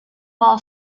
ball